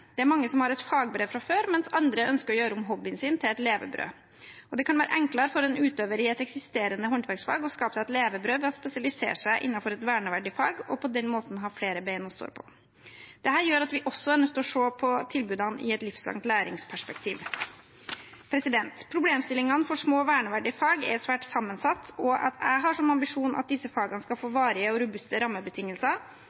Det er mange som har et fagbrev fra før, mens andre ønsker å gjøre hobbyen sin om til et levebrød. Det kan være enklere for en utøver i et eksisterende håndverksfag å skape seg et levebrød ved å spesialisere seg innenfor et verneverdig fag og på den måten ha flere bein å stå på. Dette gjør at vi også er nødt til å se tilbudene i et livslang-læring-perspektiv. Problemstillingene for små og verneverdige fag er svært sammensatte, og jeg har som ambisjon at disse fagene skal få